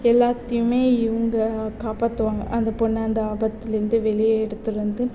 எல்லாத்தையுமே இவங்க காப்பாற்று வாங்க அந்த பொண்ணை அந்த ஆபத்துலிருந்து வெளியே எடுத்துகிட்டுவந்து